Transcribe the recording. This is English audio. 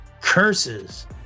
Curses